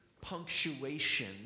punctuation